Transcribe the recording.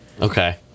Okay